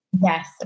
Yes